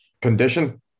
condition